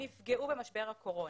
נפגעו ממשבר הקורונה.